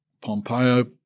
Pompeo